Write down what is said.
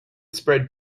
spread